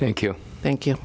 thank you thank you